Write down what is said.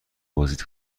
بازدید